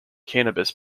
cannabis